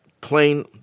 plain